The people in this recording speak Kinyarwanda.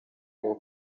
roho